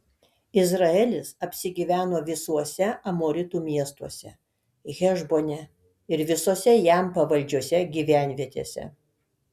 izraelis apsigyveno visuose amoritų miestuose hešbone ir visose jam pavaldžiose gyvenvietėse